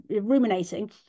ruminating